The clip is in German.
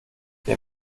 der